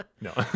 no